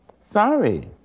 Sorry